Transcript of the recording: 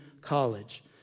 college